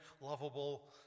lovable